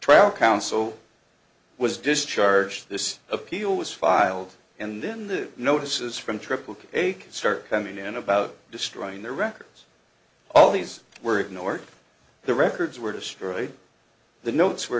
trial counsel was discharged this appeal was filed and then the notices from triple a can start coming in about destroying the records all these were ignored the records were destroyed the notes were